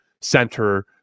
center